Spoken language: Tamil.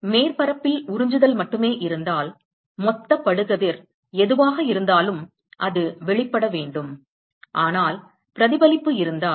மேற்பரப்பில் உறிஞ்சுதல் மட்டுமே இருந்தால் மொத்த படுகதிர் எதுவாக இருந்தாலும் அது வெளிப்பட வேண்டும் ஆனால் பிரதிபலிப்பு இருந்தால்